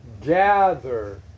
gather